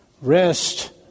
Rest